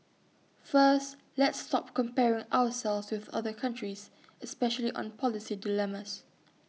first let's stop comparing ourselves with other countries especially on policy dilemmas